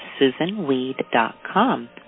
SusanWeed.com